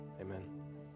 Amen